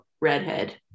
redhead